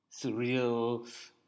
Surreal